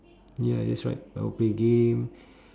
ya that's right I will play game